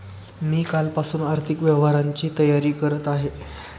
मी कालपासून आर्थिक व्यवहारांची तयारी करत आहे